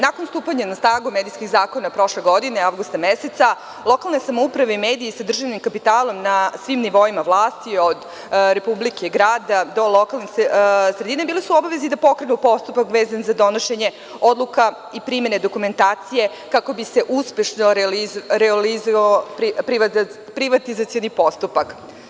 Nakon stupanja na snagu medijskih zakona prošle godine, avgusta meseca, lokalne samouprave i mediji sa državnim kapitalom na svim nivoima vlasti, od Republike, grada do lokalne sredine, bili su obavezi da pokrenu postupak vezan za donošenje odluka i primene dokumentacije, kako bi se uspešno realizovao privatizacioni postupak.